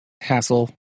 hassle